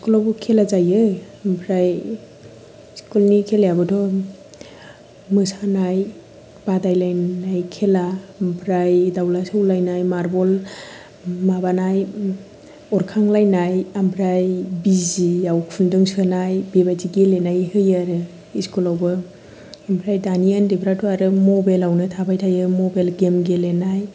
इसकुलावबो खेला जायो ओमफ्राय इसकुलनि खेलायाबोथ' मोसानाय बादायलायनाय खेला आमफ्राय दावला सौलायनाय मारबल माबानाय अरखांलायनाय ओमफ्राय बिजियाव खुनदुं सोनाय बेबायदि गेलेनाय होयो आरो इसकलावबो आमफ्राय दानि गथफ्राथ' मबेलावनो थाबाय थायो मबेल गेम गेलेनाय